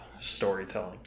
storytelling